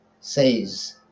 says